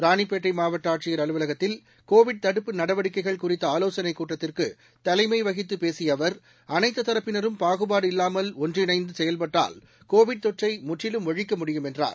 ராணிப்பேட்டை மாவட்ட ஆட்சியர் அலுவலகத்தில் கோவிட் தடுப்புப் நடவடிக்கைகள் குறித்த ஆலோசனை கூட்டத்திற்கு தலைமை வகித்து பேசிய அவர் அனைத்து தரப்பினரும் பாகுபாடு இல்லாமல் ஒன்றிணைந்து செயல்பட்டால் கோவிட் தொற்றை முற்றிலும் ஒழிக்க முடியும் என்றார்